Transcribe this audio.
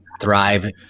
thrive